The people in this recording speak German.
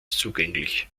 zugänglich